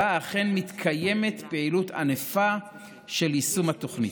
שבה אכן מתקיימת פעילות ענפה של יישום התוכנית.